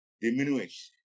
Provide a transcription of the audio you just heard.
diminish